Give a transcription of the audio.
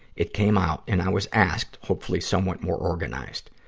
it came out. and i was asked, hopefully somewhat more organized.